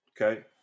Okay